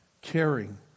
caring